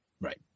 Right